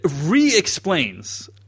re-explains